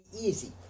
easy